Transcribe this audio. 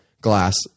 glass